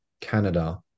Canada